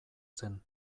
zen